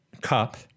cup